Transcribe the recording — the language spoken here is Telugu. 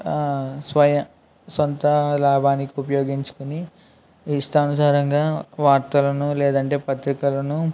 స్వయ సొంత లాభానికి ఉపయోగించుకోని ఇష్టానుసారంగా వార్తలను లేదంటే పత్రికలను